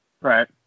right